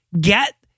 get